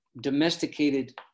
domesticated